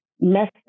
messed